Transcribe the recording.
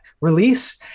release